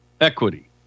equity